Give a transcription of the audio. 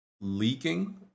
leaking